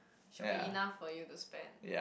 should be enough for you to spend